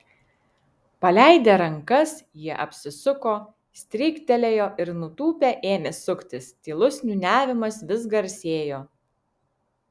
paleidę rankas jie apsisuko stryktelėjo ir nutūpę ėmė suktis tylus niūniavimas vis garsėjo